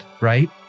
right